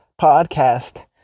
podcast